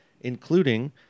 including